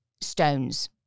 stones